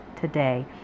today